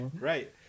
Right